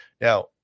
Now